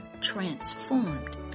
transformed